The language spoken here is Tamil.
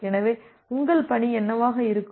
எனவே உங்கள் பணி என்னவாக இருக்கும்